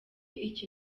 iki